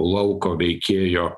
lauko veikėjo